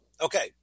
Okay